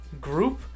group